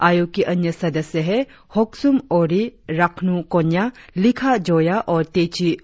आयोग की अन्य सदस्य है होकसुम ओरी राकनू कोन्या लिखा जोया और तेची हुनमाई